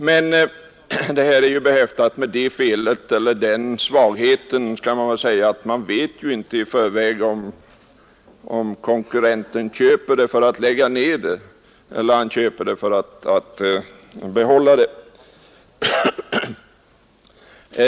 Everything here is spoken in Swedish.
Men hans förslag är behäftat med den svagheten att man inte vet i förväg om konkurrenten köper företaget för att lägga ned eller för att behålla det.